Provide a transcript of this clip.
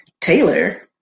Taylor